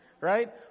right